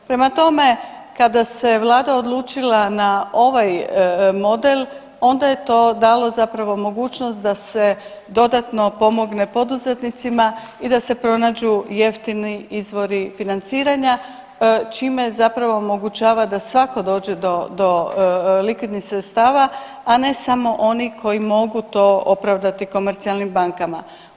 Prema tome, kada se Vlada odlučila na ovaj model, onda je to dalo zapravo mogućnost da se dodatno pomogne poduzetnicima i da se pronađu jeftini izvori financiranja, čime zapravo omogućava da svatko dođe do likvidnih sredstava, a ne samo oni koji mogu to opravdati komercijalnim bankama.